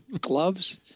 gloves